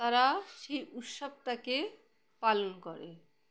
তারা সেই উৎসবটাকে পালন করে